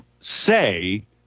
say